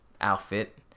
outfit